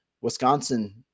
wisconsin